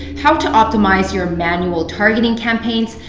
how to optimize your manual targeting campaigns,